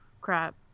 crap